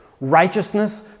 Righteousness